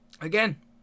again